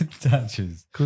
touches